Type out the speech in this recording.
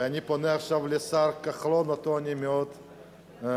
ואני פונה עכשיו לשר כחלון, שאותו אני מאוד מכבד.